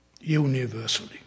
universally